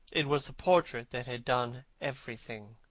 it was the portrait that had done everything.